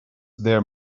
there